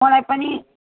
मलाई पनि